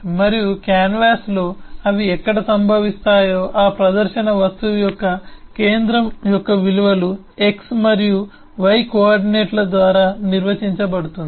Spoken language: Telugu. మరియు కాన్వాస్లో అవి ఎక్కడ సంభవిస్తాయో ఆ ప్రదర్శన వస్తువు యొక్క కేంద్రం యొక్క విలువలు x మరియు y కోఆర్డినేట్ల ద్వారా నిర్వచించబడుతుంది